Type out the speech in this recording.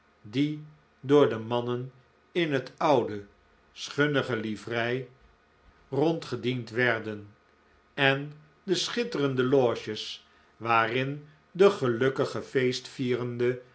die door de mannen in het oude schunnige livrei rondgediend werden en de schitterende loges waarin de gelukkige